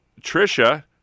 Trisha